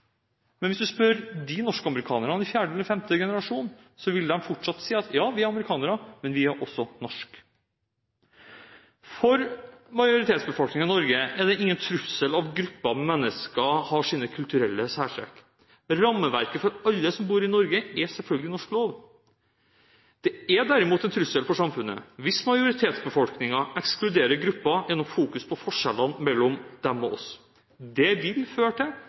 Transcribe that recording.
Men hvis du spør norskamerikanerne i fjerde eller femte generasjon, vil de fortsatt si: Ja, vi er amerikanere, men vi er også norske. For majoritetsbefolkningen i Norge er det ingen trussel at grupper av mennesker har sine kulturelle særtrekk. Rammeverket for alle som bor i Norge, er selvfølgelig norsk lov. Det er derimot en trussel for samfunnet hvis majoritetsbefolkningen ekskluderer grupper gjennom fokus på forskjellene mellom dem og oss. Det vil føre til